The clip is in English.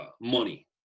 money